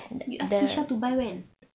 you ask kesha to buy when